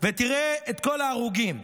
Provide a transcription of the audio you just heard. ותראה את כל ההרוגים,